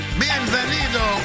bienvenido